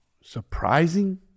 Surprising